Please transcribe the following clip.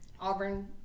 Auburn